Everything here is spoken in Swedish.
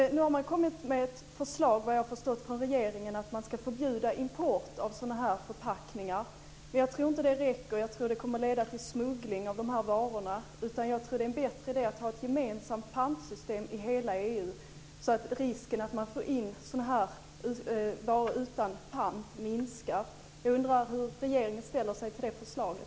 Nu har regeringen - vad jag har förstått - kommit med ett förslag om att man ska förbjuda import av sådana här förpackningar. Men jag tror inte att det räcker. Jag tror att det kommer att leda till smuggling av varorna. Jag tror att det i stället är en bättre idé att ha ett gemensamt pantsystem i hela EU så att risken att man får in varor utan pant minskar. Jag undrar hur regeringen ställer sig till det förslaget.